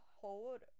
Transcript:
hold